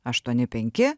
aštuoni penki